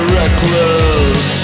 reckless